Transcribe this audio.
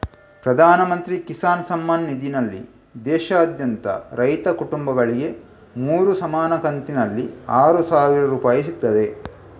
ಪ್ರಧಾನ ಮಂತ್ರಿ ಕಿಸಾನ್ ಸಮ್ಮಾನ್ ನಿಧಿನಲ್ಲಿ ದೇಶಾದ್ಯಂತ ರೈತ ಕುಟುಂಬಗಳಿಗೆ ಮೂರು ಸಮಾನ ಕಂತಿನಲ್ಲಿ ಆರು ಸಾವಿರ ರೂಪಾಯಿ ಸಿಗ್ತದೆ